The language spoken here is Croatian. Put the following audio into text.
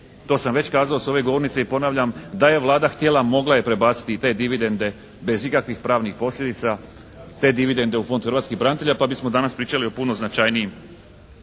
to sam već kazao sa ove govornice i ponavljam da je Vlada htjela mogla je prebaciti i te dividende bez ikakvih pravnih posljedica, te dividende u Fond hrvatskih branitelja pa bismo danas pričali o puno značajnijim